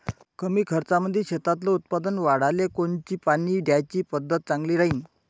कमी खर्चामंदी शेतातलं उत्पादन वाढाले कोनची पानी द्याची पद्धत चांगली राहीन?